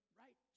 right